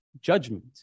judgment